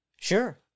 sure